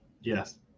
yes